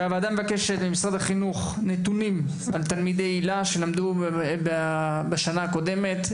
הוועדה מבקשת ממשרד החינוך נתונים על תלמידי היל"ה שלמדו בשנה הקודמת.